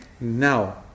Now